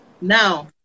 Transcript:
Now